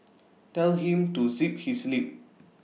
tell him to zip his lip